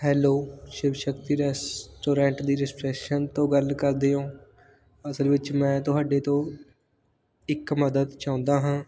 hello Shiv Shakti restaurant ਦੀ reception ਤੋਂ ਗੱਲ ਕਰਦੇ ਓਂ ਅਸਲ ਵਿੱਚ ਮੈਂ ਤੁਹਾਡੇ ਤੋਂ ਇੱਕ ਮਦਦ ਚਾਹੁੰਦਾ ਹਾਂ